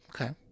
Okay